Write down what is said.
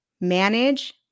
manage